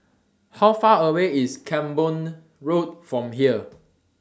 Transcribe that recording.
How Far away IS Camborne Road from here